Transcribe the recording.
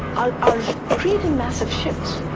are are creating massive shifts.